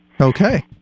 Okay